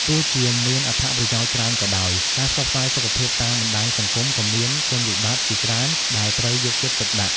ទោះជាមានអត្ថប្រយោជន៍ច្រើនក៏ដោយ ការផ្សព្វផ្សាយសុខភាពតាមបណ្តាញសង្គមក៏មានគុណវិបត្តិជាច្រើនដែលត្រូវយកចិត្តទុកដាក់។